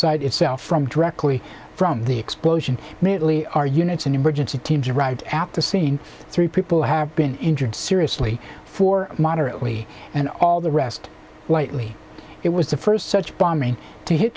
site itself from directly from the explosion minutely our units and emergency teams arrived at the scene three people have been injured seriously four moderately and all the rest lightly it was the first such bombing to hit